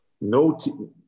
No